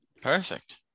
perfect